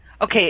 Okay